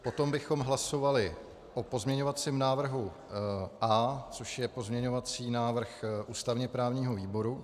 Potom bychom hlasovali o pozměňovacím návrhu A, což je pozměňovací návrh ústavněprávního výboru.